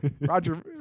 Roger